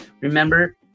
remember